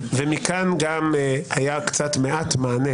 היה קצת מעט מענה